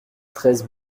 treize